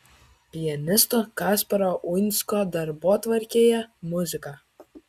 pianisto kasparo uinsko darbotvarkėje muzika